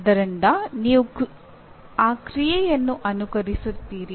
ಆದ್ದರಿಂದ ನೀವು ಆ ಕ್ರಿಯೆಯನ್ನು ಅನುಕರಿಸುತ್ತೀರಿ